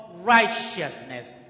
righteousness